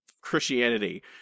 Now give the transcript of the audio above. Christianity